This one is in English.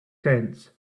tenth